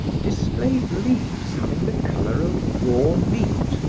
displayed leaves having the color of raw meat,